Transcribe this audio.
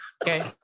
Okay